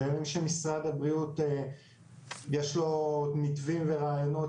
בימים שמשרד הבריאות יש לו מתווים ורעיונות